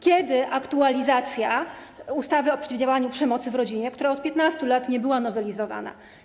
Kiedy aktualizacja ustawy o przeciwdziałaniu przemocy w rodzinie, która od 15 lat nie była nowelizowana?